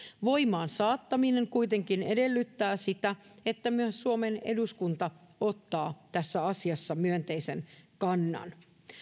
voimaansaattaminen kuitenkin edellyttää sitä että myös suomen eduskunta ottaa tässä asiassa myönteisen kannan